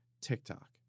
TikTok